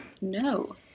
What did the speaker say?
No